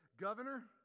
Governor